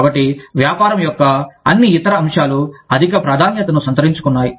కాబట్టి వ్యాపారం యొక్క అన్ని ఇతర అంశాలు అధిక ప్రాధాన్యతను సంతరించుకుకన్నాయి